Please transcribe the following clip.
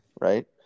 right